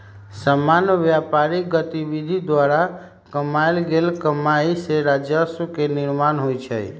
सामान्य व्यापारिक गतिविधि द्वारा कमायल गेल कमाइ से राजस्व के निर्माण होइ छइ